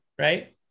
right